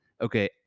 Okay